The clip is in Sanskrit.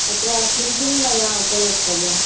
तत्र किं किं मया उपयोक्तव्यम्